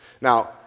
Now